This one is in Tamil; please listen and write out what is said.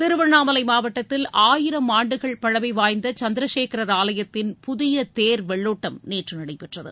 திருவண்ணாமலை மாவட்டத்தில் ஆயிரம் ஆண்டுகள் பழமைவாய்ந்த சந்திரசேகரர் ஆலயத்தின் புதிய தேர் வெள்ளோட்டம் நேற்று நடைபெற்றது